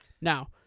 Now